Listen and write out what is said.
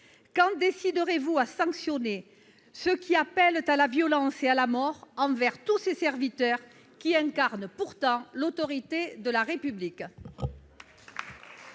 Quand vous déciderez-vous à sanctionner ceux qui appellent à la violence et à la mort de tous ces serviteurs qui incarnent pourtant l'autorité de la République ?